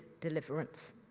deliverance